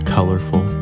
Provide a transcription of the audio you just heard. Colorful